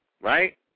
right